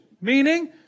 meaning